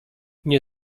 nie